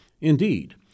Indeed